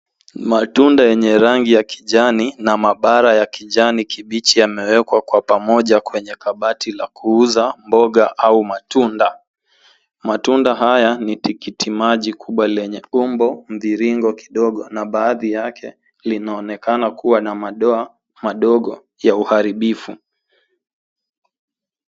Matunda yenye rangi ya kijani na mapara ya rangi ya kijani kibichi yamewekwa kwa pamoja kwenye kabati la kuuza mboga au matunda. Matunda haya ni tikiti maji kubwa lenye umbo mviringo kidogo na baadhi yake linaonekana kuwa na madoa madogo ya uharibifu.